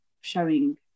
showing